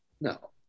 No